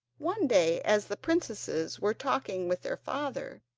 one day, as the princesses were talking with their father,